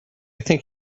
think